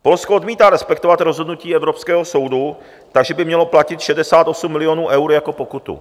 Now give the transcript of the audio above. Polsko odmítá respektovat rozhodnutí evropského soudu, takže by mělo platit 68 milionů eur jako pokutu.